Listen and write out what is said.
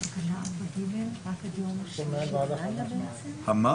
תקנות סמכויות מיוחדות להתמודדות עם נגיף הקורונה החדש (הוראת שעה)